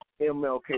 MLK